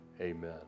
Amen